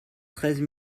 treize